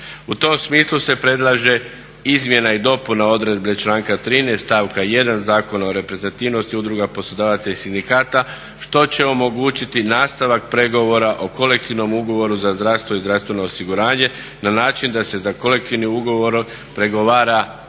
U tom smislu se predlaže izmjena i dopuna odredbe članka 13. stavka 1. Zakona o reprezentativnosti udruga poslodavaca i sindikata što će omogućiti nastavak pregovora o kolektivnom ugovoru za zdravstvo i zdravstveno osiguranje na način da se sa kolektivnim ugovorom pregovara